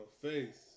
face